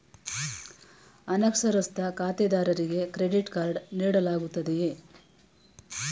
ಅನಕ್ಷರಸ್ಥ ಖಾತೆದಾರರಿಗೆ credit card ನೀಡಲಾಗುತ್ತದೆಯೇ?